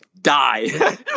Die